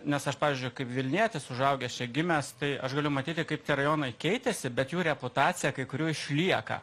nes aš pavyzdžiui kaip vilnietis užaugęs čia gimęs tai aš galiu matyti kaip tie rajonai keitėsi bet jų reputacija kai kurių išlieka